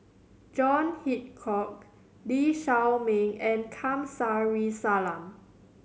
John Hitchcock Lee Shao Meng and Kamsari Salam